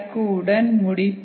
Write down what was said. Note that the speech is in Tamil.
1 உடன் முடிப்போம்